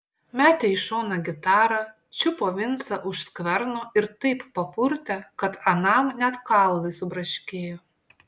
metė į šoną gitarą čiupo vincą už skverno ir taip papurtė kad anam net kaulai subraškėjo